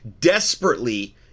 desperately